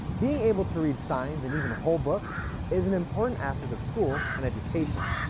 being able to read signs and even whole books is an important aspect of school and education.